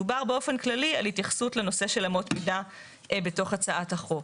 דובר באופן כללי על התייחסות לנושא של אמות מידה בתוך הצעות החוק.